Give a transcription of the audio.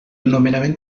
nomenament